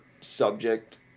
subject